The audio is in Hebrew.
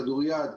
כדוריד,